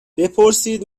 بپرسید